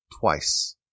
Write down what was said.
twice